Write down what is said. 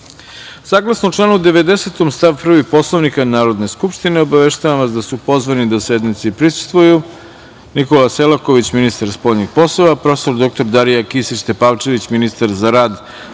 redu. Saglasno članu 90. stav 1. Poslovnika Narodne skupštine, obaveštavam vas da su pozvani da sednici prisustvuju